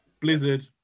Blizzard